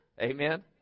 Amen